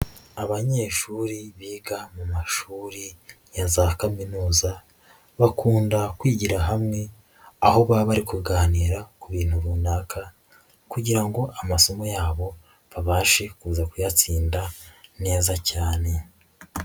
Abanyeshuri biga mu mashuri ya za kaminuza, bakunda kwigira hamwe aho baba bari kuganira ku bintu runaka kugira ngo amasomo yabo babashe kuza kuyatsinda neza cyane.